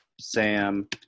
Sam